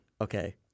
Okay